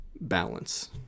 balance